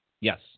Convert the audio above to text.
Yes